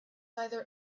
either